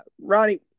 Ronnie